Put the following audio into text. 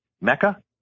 Mecca